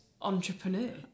entrepreneur